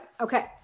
Okay